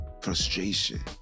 frustration